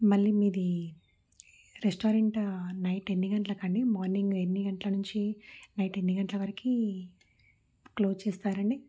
మళ్ళీ మీది restaurant night ఎన్ని గంటలకి అండి మార్నింగ్ ఎన్ని గంటల నుంచి నైట్ ఎన్ని గంటల వరకి క్లోజ్ చేస్తారు అండి